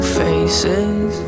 faces